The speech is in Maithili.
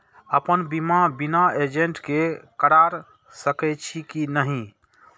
अपन बीमा बिना एजेंट के करार सकेछी कि नहिं?